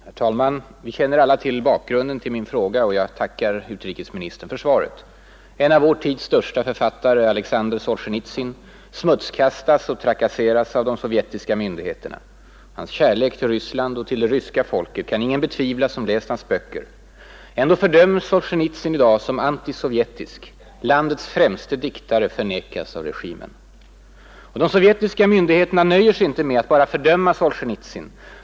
Herr talman! Vi känner alla till bakgrunden till min fråga, och jag tackar utrikesministern för svaret. En av vår tids största författare, Alexander Solzjenitsyn, smutskastas och trakasseras av de sovjetiska myndigheterna. Hans kärlek till Ryssland och till det ryska folket kan ingen betvivla som läst hans böcker. Ändå fördöms Solzjenitsyn i dag som antisovjetisk. Landets främste diktare förnekas av regimen. De sovjetiska myndigheterna nöjer sig inte med att bara fördöma Solzjenitsyn.